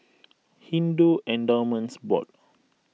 Hindu Endowments Board